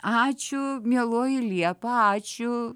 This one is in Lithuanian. ačiū mieloji liepa ačiū